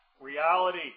reality